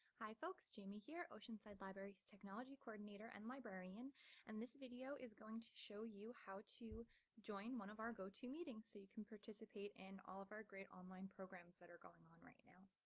hi folks! jaimie here! oceanside libraries technology coordinator and librarian and this video is going to show you how to join one of our gotomeetings so you can participate in and all of our great online programs that are going on right now.